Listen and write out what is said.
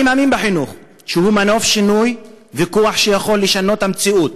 אני מאמין בחינוך שהוא מנוף שינוי וכוח שיכול לשנות את המציאות,